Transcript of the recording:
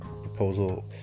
proposal